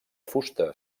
fusta